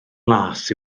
las